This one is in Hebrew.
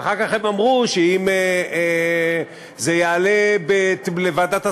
ואחר כך הם אמרו שאם זה יעלה לוועדת השרים,